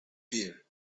fear